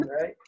right